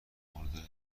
مرده